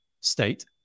state